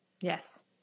Yes